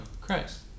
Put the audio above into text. Christ